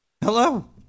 Hello